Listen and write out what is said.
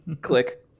Click